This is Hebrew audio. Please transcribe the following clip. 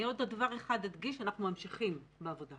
אני עוד דבר אדגיש: אנחנו ממשיכים בעבודה